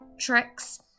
tricks